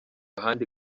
ahandi